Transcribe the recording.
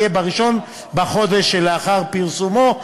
תהיה ב-1 בחודש שלאחר פרסומו.